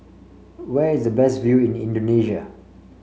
where is the best view in Indonesia